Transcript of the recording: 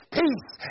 peace